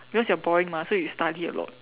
because you're boring mah so you study a lot